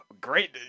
great